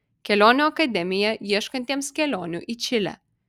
kelionių akademija ieškantiems kelionių į čilę